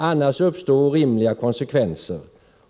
Annars uppstår orimliga konsekvenser.